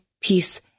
peace